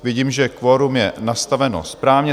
Vidím, že kvorum je nastaveno správně.